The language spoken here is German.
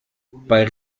bei